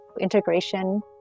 integration